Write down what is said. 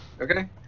Okay